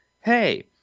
Hey